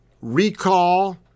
recall